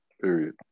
Period